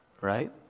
right